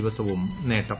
ദിവസവും നേട്ടം